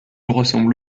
ressemble